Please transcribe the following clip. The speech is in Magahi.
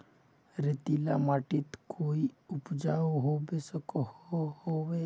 रेतीला माटित कोई उपजाऊ होबे सकोहो होबे?